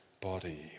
body